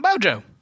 Bojo